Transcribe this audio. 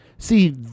See